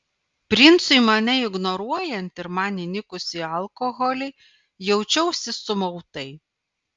princui mane ignoruojant ir man įnikus į alkoholį jaučiausi sumautai